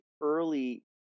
early